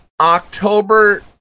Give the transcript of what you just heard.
October